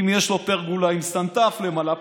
אם יש לו פרגולה עם סנטף למעלה,